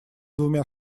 двумя